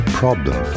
problem